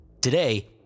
Today